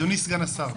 אדוני סגן השר,